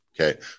Okay